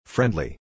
Friendly